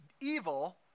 evil